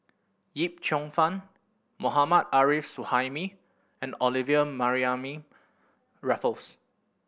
Yip Cheong Fun Mohammad Arif Suhaimi and Olivia Mariamne Raffles